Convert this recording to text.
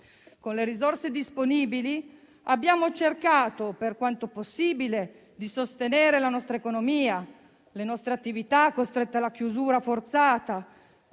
con le risorse disponibili, abbiamo cercato, per quanto possibile, di sostenere la nostra economia, le nostre attività costrette alla chiusura forzata,